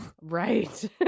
right